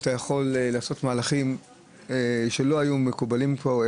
ואתה יכול לעשות מהלכים שלא היו מקובלים פה,